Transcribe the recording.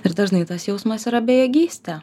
ir dažnai tas jausmas yra bejėgystė